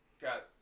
got